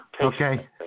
okay